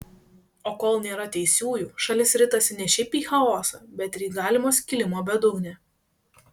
o kol nėra teisiųjų šalis ritasi ne šiaip į chaosą bet ir į galimo skilimo bedugnę